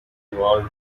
evolve